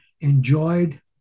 enjoyed